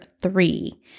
three